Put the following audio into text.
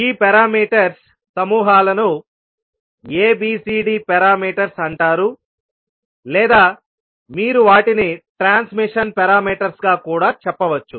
ఈ పారామీటర్స్ సమూహాలను ABCD parameters అంటారు లేదా మీరు వాటిని ట్రాన్స్మిషన్ పారామీటర్స్ గా కూడా చెప్పవచ్చు